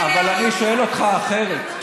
אבל אני שואל אותך אחרת,